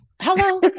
Hello